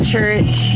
Church